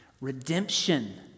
Redemption